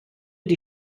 die